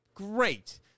great